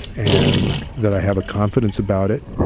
and that i have a confidence about it,